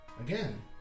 Again